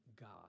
God